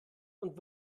und